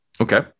Okay